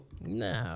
No